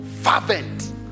fervent